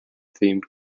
themed